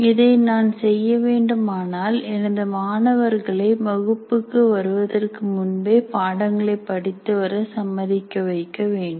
இதை நான் செய்யவேண்டுமானால் எனது மாணவர்களை வகுப்புக்கு வருவதற்கு முன்பே பாடங்களை படித்து வர சம்மதிக்க வைக்க வேண்டும்